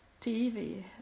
TV